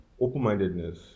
Open-mindedness